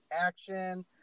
action